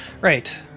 Right